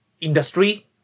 industry